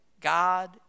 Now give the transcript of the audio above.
God